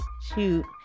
Shoot